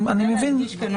ניתן להדגיש כאן,